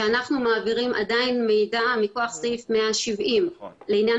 שאנחנו עדיין מעבירים מידע מכוח סעיף 170 לעניין